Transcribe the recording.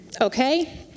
okay